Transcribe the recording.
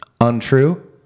untrue